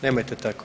Nemojte tako.